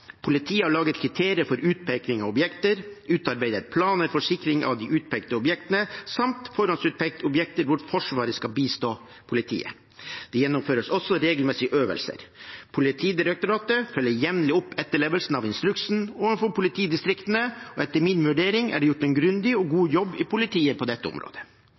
Politiet har laget kriterier for utpeking av objekter, utarbeidet planer for sikring av de utpekte objektene samt forhåndsutpekt objekter hvor Forsvaret skal bistå politiet. Det gjennomføres også regelmessige øvelser. Politidirektoratet følger jevnlig opp etterlevelsen av instruksen overfor politidistriktene, og etter min vurdering er det gjort en grundig og god jobb i politiet på dette området.